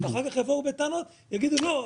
ואחר כך יבואו בטענות ויגידו לא,